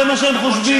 זה מה שהם חושבים.